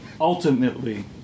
ultimately